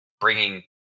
bringing